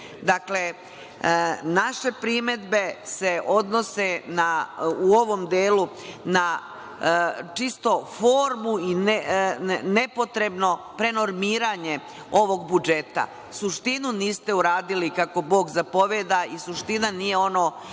naše primedbe se u ovom delu odnose na čisto formu i nepotrebno prenormiranje ovog budžeta. Suštinu niste uradili kako Bog zapoveda i suština nije ono